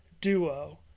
duo